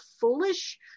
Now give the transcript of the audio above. foolish